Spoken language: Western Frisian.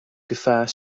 gefaar